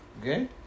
Okay